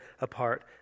apart